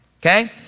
okay